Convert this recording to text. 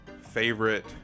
favorite